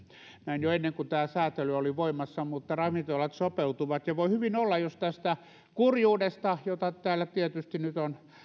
näin oli jo ennen kuin tämä säätely oli voimassa mutta ravintolat sopeutuvat jos tästä kurjuudesta jota täällä tietysti nyt on